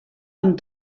amb